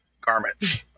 garments